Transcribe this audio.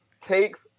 takes